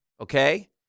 okay